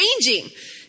changing